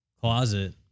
closet